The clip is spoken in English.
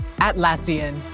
Atlassian